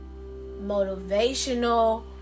motivational